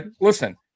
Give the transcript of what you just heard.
listen